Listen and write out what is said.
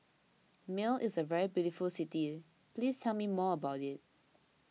Male is a very beautiful city please tell me more about it